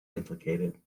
implicated